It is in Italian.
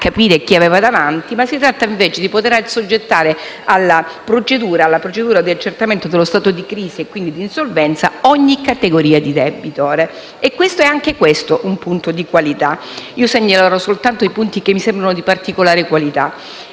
fallimentari a capire chi avevano davanti, quanto di poter assoggettare alla procedura di accertamento dello stato di crisi, e quindi di insolvenza, ogni categoria di debitore. Anche questo è un punto di qualità. Segnalerò soltanto i punti che mi sembrano di particolare qualità